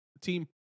team